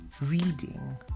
reading